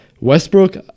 Westbrook